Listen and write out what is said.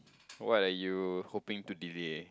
what are you hoping to delay